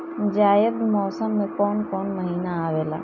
जायद मौसम में कौन कउन कउन महीना आवेला?